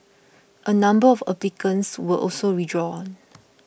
a number of applicants were also withdrawn